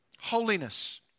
Holiness